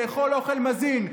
לאכול אוכל מזין,